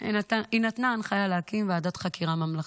היא נתנה הנחיה להקים ועדת חקירה ממלכתית.